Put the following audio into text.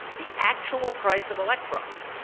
the actual price of electrons,